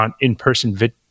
in-person